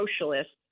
socialists